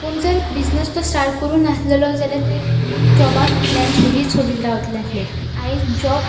पूण जर बिजनस तो स्टार्ट करूूंक नासलेलो जाल्यार तें जॉबा फाटल्यान सोदीत सोदीत रावतलें आसलें पूण आयज जॉब